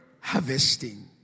harvesting